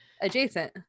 adjacent